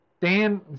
Dan